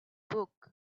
book